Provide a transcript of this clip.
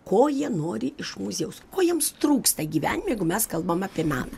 ko jie nori iš muziejaus ko jiems trūksta gyvenime jeigu mes kalbam apie meną